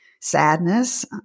sadness